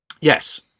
Yes